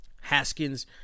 Haskins